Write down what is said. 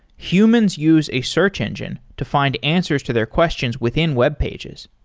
humans use a search engines to find answers to their questions within webpages.